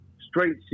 straight